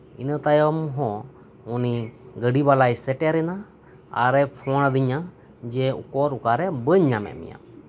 ᱤᱱᱟᱹᱛᱟᱭᱚᱢ ᱦᱚᱸ ᱜᱟᱹᱰᱤ ᱵᱟᱞᱟᱭ ᱥᱮᱴᱮᱨᱮᱱᱟ ᱟᱨᱮ ᱯᱷᱳᱞᱟᱫᱤᱧᱟ ᱡᱮ ᱳᱠᱳᱨ ᱚᱠᱟᱨᱮ ᱵᱟᱹᱧ ᱧᱟᱢᱮᱫ ᱢᱮᱭᱟ